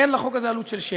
אין לחוק הזה עלות של שקל.